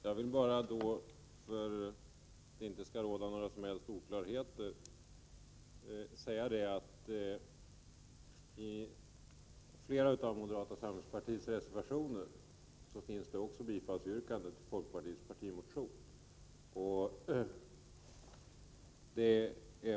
Herr talman! För att det inte skall råda några som helst oklarheter vill jag säga att i flera av moderata samlingspartiets reservationer finns yrkanden om bifall till folkpartiets partimotion.